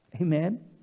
Amen